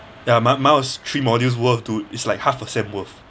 ya my mine was three modules worth dude is like half a sem worth